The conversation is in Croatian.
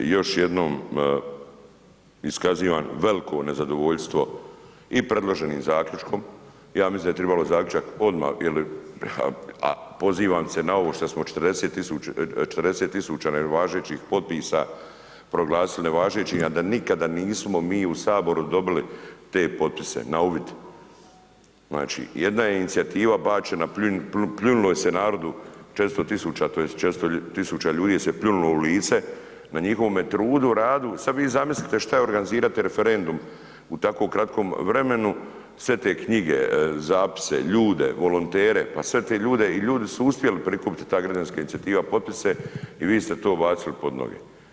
Još jednom iskazivan veliko nezadovoljstvo i predloženim zaključkom, ja mislim da je tribalo zaključak odma ili, a pozivam se na ovo što smo 40 000 nevažećih potpisa proglasili važećim, a da nikada nismo mi u HS dobili te potpise na uvid, znači jedna je inicijativa bačena, pljunulo je se narodu 400 000 tj. 400 000 ljudi je se pljunulo u lice na njihovome trudu, radu, sad vi zamislite šta je organizirati referendum u tako kratkom vremenu, sve te knjige, zapise, ljude, volontere, pa sve te ljude i ljudi su uspjeli prikupiti, ta građanska inicijativa, potpise i vi ste to bacili pod noge.